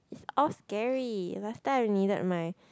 all scary last time I needed my